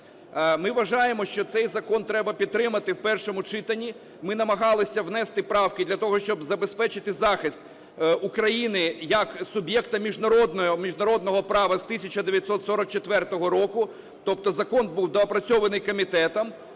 Ми вважаємо, що цей закон треба підтримати в першому читанні. Ми намагалися внести правки для того, щоб забезпечити захист України як суб'єкта міжнародного права з 1944 року. Тобто закон був доопрацьований комітетом,